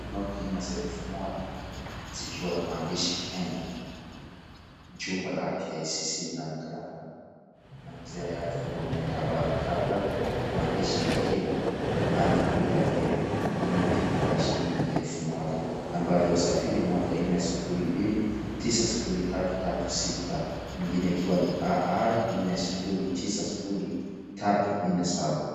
Noti za elfu moja zikiwa na maandishi Kenya. Jumba la KICC linaonekana pale na mzee hayati Jomo Kenyatta ambaye amekaa pale, maandishi yakiwa : banki kuu ya Kenya, noti ya shilingi elfu moja nambari ya usajili 10290336 ingine ikiwa ni AA490347.